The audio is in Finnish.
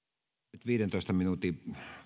nyt viidentoista minuutin